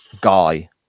guy